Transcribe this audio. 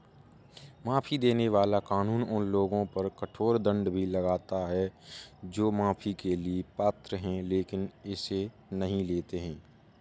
माफी देने वाला कानून उन लोगों पर कठोर दंड भी लगाता है जो माफी के लिए पात्र हैं लेकिन इसे नहीं लेते हैं